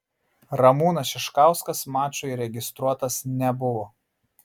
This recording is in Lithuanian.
ramūnas šiškauskas mačui registruotas nebuvo